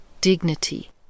dignity